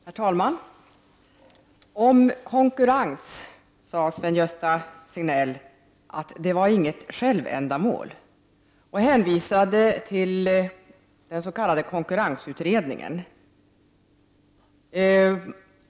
Herr talman! Om konkurrens sade Sven-Gösta Signell att det inte är något självändamål. Han hänvisade till den s.k. konkurrensutredningen.